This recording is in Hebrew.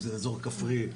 אם זה אזור כפרי.